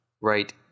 right